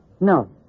No